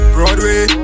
Broadway